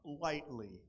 lightly